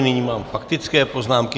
Nyní mám faktické poznámky.